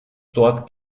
dort